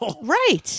Right